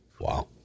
Wow